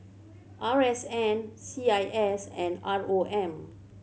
R S N C I S and R O M